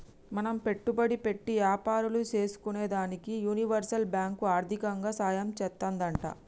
మనం పెట్టుబడి పెట్టి యాపారాలు సేసుకునేదానికి యూనివర్సల్ బాంకు ఆర్దికంగా సాయం చేత్తాదంట